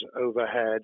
overhead